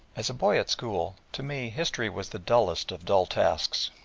as a boy at school to me history was the dullest of dull tasks,